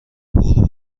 بور